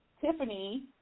Tiffany